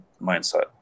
mindset